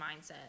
mindset